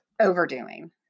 overdoing